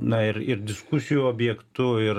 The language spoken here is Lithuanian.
na ir ir diskusijų objektu ir